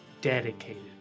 dedicated